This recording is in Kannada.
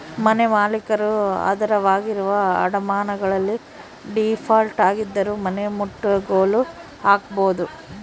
ಮನೆಮಾಲೀಕರು ಆಧಾರವಾಗಿರುವ ಅಡಮಾನಗಳಲ್ಲಿ ಡೀಫಾಲ್ಟ್ ಆಗಿದ್ದರೂ ಮನೆನಮುಟ್ಟುಗೋಲು ಹಾಕ್ಕೆಂಬೋದು